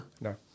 No